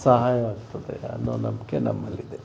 ಸಹಾಯವಾಗ್ತದೆ ಅನ್ನೋ ನಂಬಿಕೆ ನಮ್ಮಲ್ಲಿದೆ